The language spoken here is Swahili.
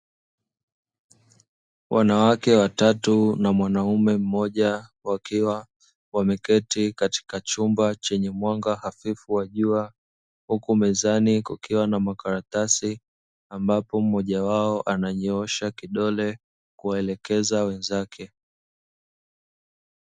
Wanawake watatu na mwanaume mmoja, wakiwa wameketi katika chumba chenye mwanga hafifu wa jua, huku mezani kukiwa na makaratasi ambapo mmoja wao ananyoosha kidole kuwaelekeza wenzake.